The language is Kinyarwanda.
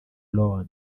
ron